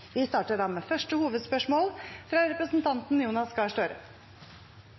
Vi starter da med første hovedspørsmål, fra representanten Jonas Gahr Støre.